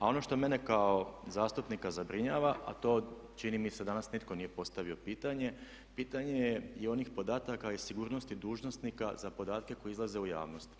A ono što mene kao zastupnika zabrinjava a to čini mi se danas nitko nije postavio pitanje, pitanje je onih podataka i sigurnosti dužnosnika za podatke koji izlaze u javnost.